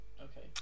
Okay